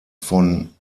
von